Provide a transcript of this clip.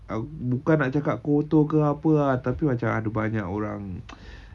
bukan nak cakap kotor ke apa ah tapi ada banyak macam orang